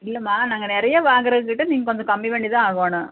இல்லைமா நாங்கள் நிறைய வாங்குறவங்ககிட்ட நீங்கள் கொஞ்சம் கம்மி பண்ணி தான் ஆகணும்